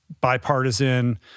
bipartisan